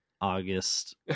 August